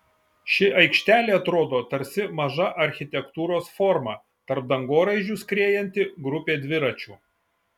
ši aikštelė atrodo tarsi maža architektūros forma tarp dangoraižių skriejanti grupė dviračių